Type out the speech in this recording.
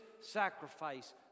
sacrifice